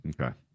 Okay